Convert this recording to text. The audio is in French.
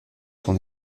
son